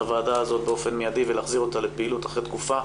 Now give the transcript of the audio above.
הוועדה הזו באופן מיידי ולהחזיר אותה לפעילות אחרי תקופה